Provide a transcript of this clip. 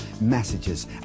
messages